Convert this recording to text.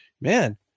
Man